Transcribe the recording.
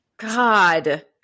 god